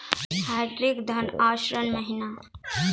Hybrid धान आषाढ़ महीना?